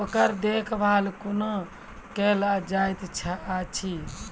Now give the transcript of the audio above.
ओकर देखभाल कुना केल जायत अछि?